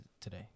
today